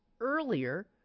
earlier